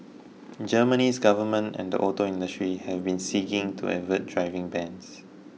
Germany's government and the auto industry have been seeking to avert driving bans